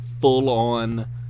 full-on